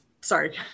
Sorry